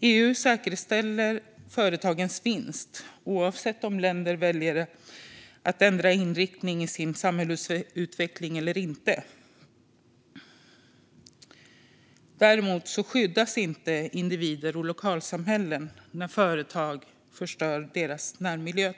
EU säkerställer företagens vinst oavsett om länder väljer att ändra inriktning i sin samhällsutveckling eller inte, men däremot skyddas inte individer och lokalsamhällen när företag till exempel förstör deras närmiljö.